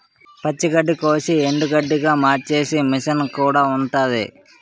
పచ్చి గడ్డికోసి ఎండుగడ్డిగా మార్చేసే మిసన్ కూడా ఉంటాది